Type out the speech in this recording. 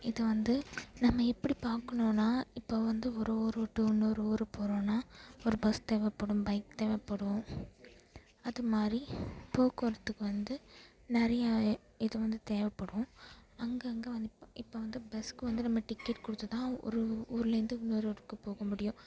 இதை வந்து நம்ம எப்படி பார்க்கணுன்னா இப்போ வந்து ஒரு ஊரை விட்டு இன்னொரு ஊர் போகறோம்னா ஒரு பஸ் தேவைப்படும் பைக் தேவைப்படும் அது மாதிரி போக்குவரத்துக்கு வந்து நிறையா இது வந்து தேவைப்படும் அங்கங்கே வந்து இப் இப்போ வந்து பஸ்க்கு வந்து நம்ம டிக்கெட் கொடுத்து தான் ஒரு ஊருலருந்து இன்னொரு ஊருக்கு போக முடியும்